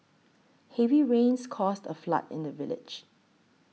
heavy rains caused a flood in the village